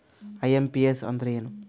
IMPS ಅಂದ್ರ ಏನು?